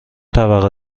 طبقه